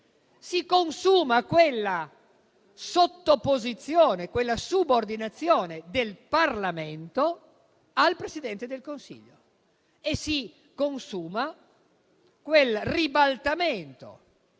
si consuma la sottoposizione, la subordinazione del Parlamento al Presidente del Consiglio. E si consuma altresì quel ribaltamento